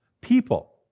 people